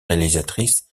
réalisatrice